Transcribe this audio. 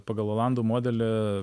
pagal olandų modelį